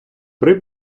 при